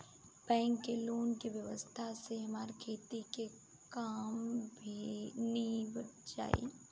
bank के loan के व्यवस्था से हमार खेती के काम नीभ जाई